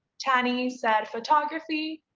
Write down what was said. tanny said photography.